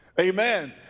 Amen